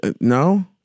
No